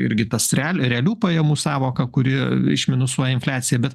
jurgita strel realių pajamų sąvoka kuri išminusuoja infliaciją bet